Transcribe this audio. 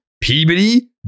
Peabody